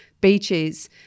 beaches